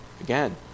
Again